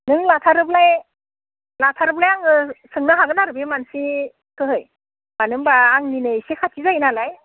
नों लाथारोब्लालाय लाथारोब्ला आङो सोंनो हागोन आरो बे मानसिखोहै मानो होमब्ला आंनि एसे खाथि जायो नालाय